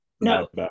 no